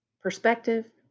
perspective